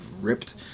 ripped